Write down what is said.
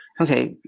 okay